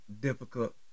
difficult